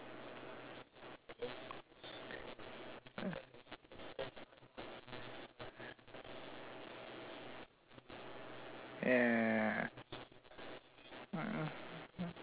yeah